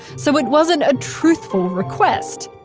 so it wasn't a truthful request.